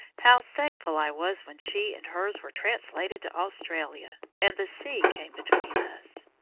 how thankful i was when she and hers were translated to australia, and the sea came between us!